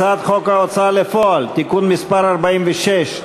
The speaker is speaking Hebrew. הצעת חוק ההוצאה לפועל (תיקון מס' 46),